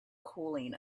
cooling